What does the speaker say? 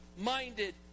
minded